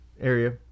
area